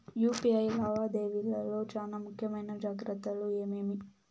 UPI లావాదేవీల లో చానా ముఖ్యమైన జాగ్రత్తలు ఏమేమి?